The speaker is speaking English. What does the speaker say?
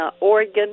Oregon